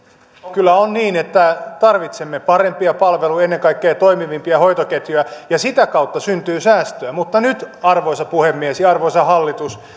kyllä on niin että tarvitsemme parempia palveluja ennen kaikkea toimivampia hoitoketjuja ja sitä kautta syntyy säästöä mutta nyt arvoisa puhemies ja arvoisa hallitus